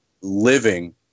living